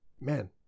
man